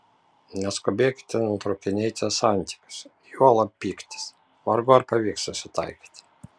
neskubėkite nutraukinėti santykius juolab pyktis vargu ar pavyks susitaikyti